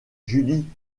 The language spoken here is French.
julie